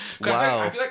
Wow